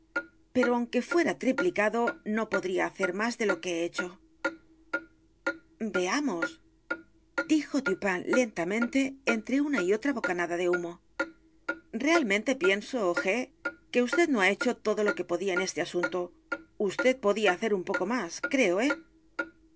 pero aunque fuera triplicado no podría hacer más de lo que he hecho veamos dijo dupin lentamente entre una y otra bocanada de h u m o realmente pienso g que vd no h a hecho todo lo que podía en este asunto vd podía hacer un poeo m á s creo eh